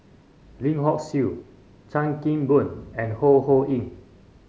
Lim Hock Siew Chan Kim Boon and Ho Ho Ying